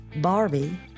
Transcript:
Barbie